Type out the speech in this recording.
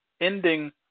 ending